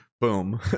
Boom